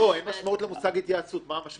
לא, אין משמעות למושג התייעצות, מה המשמעות?